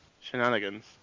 Shenanigans